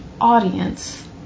audience